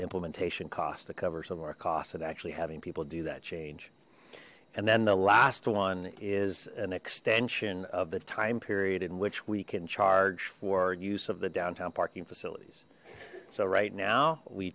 implementation cost to cover some of our costs and actually having people do that change and then the last one is an extension of the time period in which we can charge for use of the downtown parking facilities so right now we